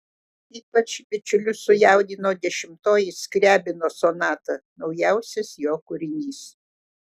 ypač bičiulius sujaudino dešimtoji skriabino sonata naujausias jo kūrinys